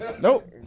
nope